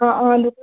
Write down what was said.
हँ हँ